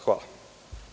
Hvala.